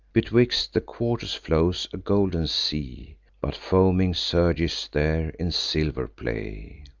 betwixt the quarters flows a golden sea but foaming surges there in silver play.